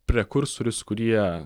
prekursorius kurie